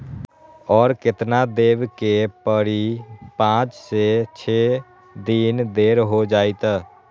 और केतना देब के परी पाँच से छे दिन देर हो जाई त?